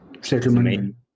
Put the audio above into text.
settlement